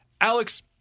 Alex